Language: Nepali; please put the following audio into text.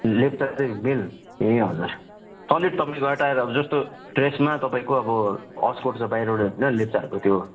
लेप्चा चाहिँ मेल ए हजुर सलिड तपाईँको यो अँट्याएर अब जस्तो ड्रेसमा तपाईँको अब अस्कोट छ बाहिरबाट होइन लेप्चाहरूको त्यो